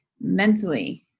mentally